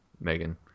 Megan